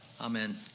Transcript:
Amen